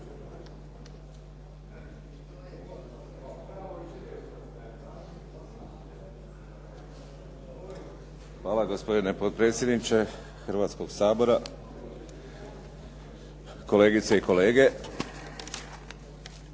Hvala. Gospodine potpredsjedniče Hrvatskoga sabora, kolegice i kolege.